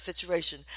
situation